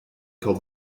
told